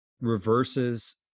reverses